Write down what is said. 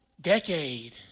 decade